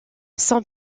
son